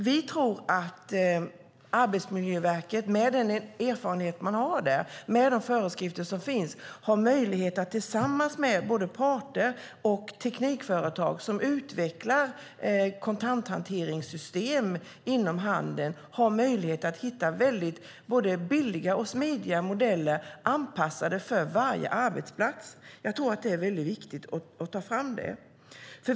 Vi tror att Arbetsmiljöverket, med den erfarenhet man har, med de föreskrifter som finns, har möjlighet att tillsammans med parter och teknikföretag som utvecklar kontanthanteringssystem inom handeln hitta både billiga och smidiga modeller anpassade för varje arbetsplats. Jag tror att det är väldigt viktigt att ta fram det.